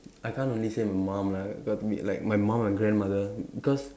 I can't only say my mum lah it got to be like my mum and my grandmother cause